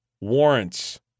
warrants